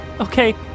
okay